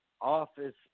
office